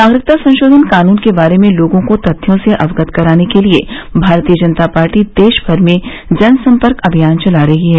नागरिकता संशोधन कानून के बारे में लोगों को तथ्यों से अक्गत कराने के लिए भारतीय जनता पार्टी देश भर में जनसंपर्क अभियान चला रही है